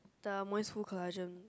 the moistfull collagen